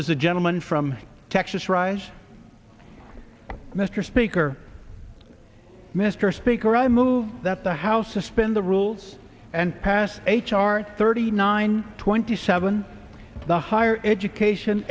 the gentleman from texas rise mr speaker mr speaker i move that the house suspend the rules and pass h r thirty nine twenty seven the higher education